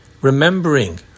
Remembering